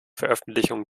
veröffentlichung